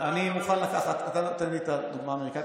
אתה נותן לי את הדוגמה האמריקאית,